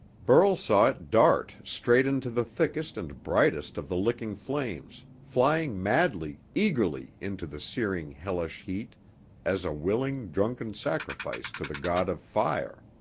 burl saw it dart straight into the thickest and brightest of the licking flames, flying madly, eagerly, into the searing, hellish heat as a willing, drunken sacrifice to the god of fire.